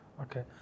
Okay